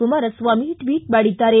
Kumaraswamy tweet ಮಾಡಿದ್ದಾರೆ